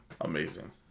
amazing